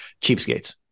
cheapskates